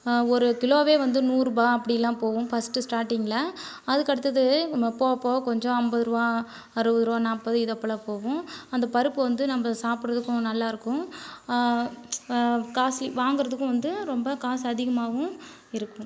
ஒரு கிலோவே வந்து நூறுரூபா அப்படிலான் போகும் ஃபர்ஸ்ட் ஸ்டார்டிங்கில் அதுக்கு அடுத்தது போக போக கொஞ்சம் ஐம்பது ரூபாய் அறுபது ரூபாய் நாற்பது இதை போல போகும் அந்தப் பருப்பு வந்து நம்ம சாப்பிடுறதுக்கும் நல்லாயிருக்கும் காஸ்ட்லி வாங்கறதுக்கு வந்து ரொம்ப வந்து காசு அதிகமாகவும் இருக்கும்